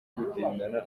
gutindana